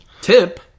Tip